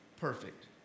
perfect